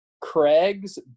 Craig's